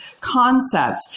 concept